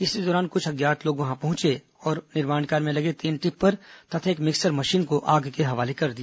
इसी दौरान कुछ अज्ञात लोग वहां पहुंचे और निर्माण कार्य में लगे तीन टिप्पर तथा एक मिक्सर मशीन को आग के हवाले कर दिया